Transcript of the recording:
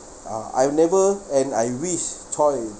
uh I've never and I wish choi